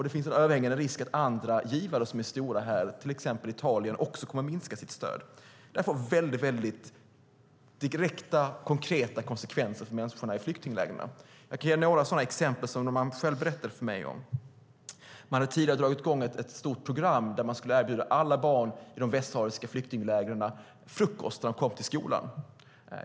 Det finns en övervägande risk att andra stora givare, till exempel Italien, också kommer att minska sitt stöd. Det här får direkta konkreta konsekvenser för människorna i flyktinglägren. Jag ska ge några exempel som man berättade för mig. Ett första exempel är att det tidigare fanns ett stort program där alla barn i de västsahariska flyktinglägren skulle erbjudas frukost när de kom till skolan.